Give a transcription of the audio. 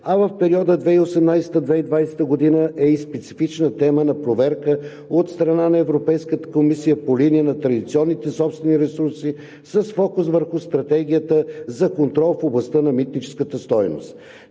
а в периода от 2018 г. до 2020 г. е и специфична тема на проверка от страна на Европейската комисия по линия на традиционните собствени ресурси с фокус върху стратегията за контрол в областта на митническата стойност.